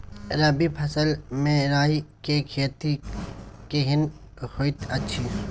रबी फसल मे राई के खेती केहन होयत अछि?